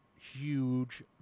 huge